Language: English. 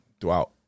Throughout